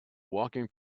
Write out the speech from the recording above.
walking